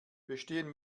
bestehen